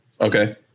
Okay